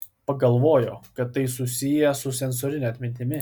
pagalvojo kad tai susiję su sensorine atmintimi